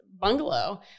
bungalow